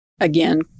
Again